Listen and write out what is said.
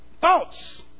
Thoughts